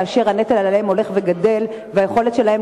כאשר הנטל עליהם הולך וגדל והיכולת שלהם